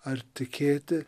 ar tikėti